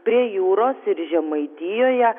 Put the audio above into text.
prie jūros ir žemaitijoje